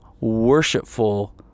worshipful